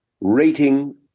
rating